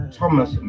Thomas